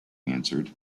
answered